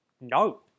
No